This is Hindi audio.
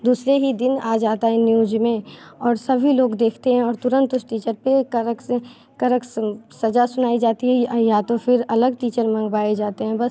दूसरे ही दिन आ जाता है न्यूज़ में और सभी लोग देखते हैं और तुरंत उस टीचर पर कड़क से कड़ी सज़ा सुनाई जाती है या तो फिर अलग टीचर मंगवाए जाते हैं बस